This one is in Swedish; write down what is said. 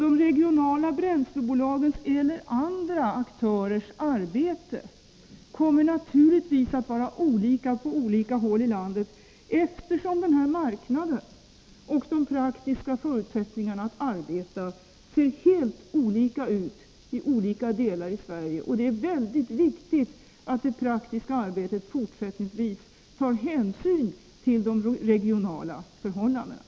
De regionala bränslebolagen och andra aktörers arbete kommer naturligtvis att vara olika på olika håll i landet, eftersom den här marknaden och de praktiska förutsättningarna att arbeta ser helt olika ut i olika delar av Sverige. Det är viktigt att det praktiska arbetet forsättningsvis tar hänsyn till de regionala förhållandena.